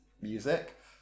music